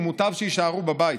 ומוטב שיישארו בבית.